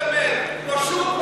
אולי באמת קצת חשבון נפש.